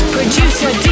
producer